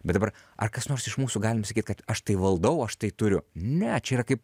bet dabar ar kas nors iš mūsų galim sakyt kad aš tai valdau aš tai turiu ne čia yra kaip